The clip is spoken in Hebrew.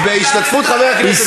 בהשתתפות חבר הכנסת גליק.